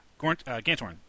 Gantorn